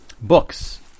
books